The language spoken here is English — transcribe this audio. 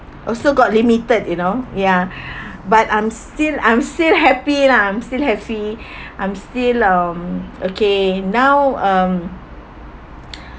also got limited you know ya but I'm still I'm still happy lah I'm still happy I'm still um okay now um